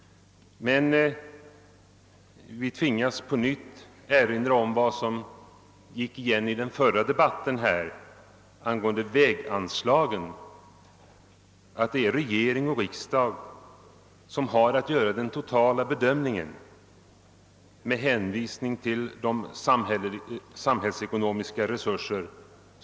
Men jag känner mig tvungen att på nytt erinra om det som gick igenom debatten om föregående ärende rörande väganslagen, att det är regering och riksdag som skall göra den totala bedömningen med hänsyn till de samhällsekonomiska resurserna.